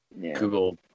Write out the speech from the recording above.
Google